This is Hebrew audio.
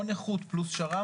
או נכות פלוס שר"מ,